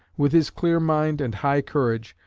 with his clear mind and high courage,